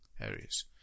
areas